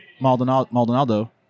Maldonado